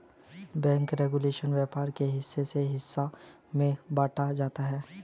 bank regulation व्यापार के हिसाब से हिस्सों में बांटा जाता है